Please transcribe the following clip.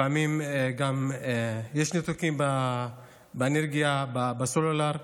לפעמים גם יש ניתוקים באנרגיה, בסלולר,